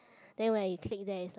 then when you click there is like